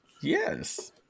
Yes